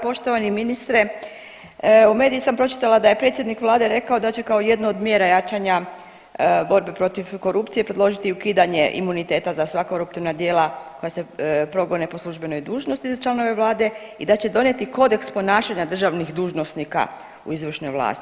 Poštovani ministre u medijima sam pročitala da je predsjednik vlade rekao da će kao jednu od mjera jačanja borbe protiv korupcije predložiti i ukidanje imuniteta za sva koruptivna djela koja se progone po službenoj dužnosti za članove vlade i da će donijeti Kodeks ponašanja državnih dužnosnika u izvršnoj vlasti.